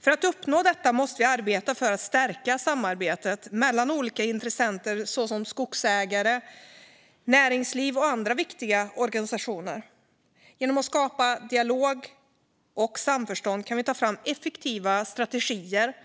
För att uppnå detta måste vi arbeta för att stärka samarbetet mellan olika intressenter som skogsägare, näringsliv och andra viktiga organisationer. Genom att skapa dialog och samförstånd kan vi ta fram effektiva strategier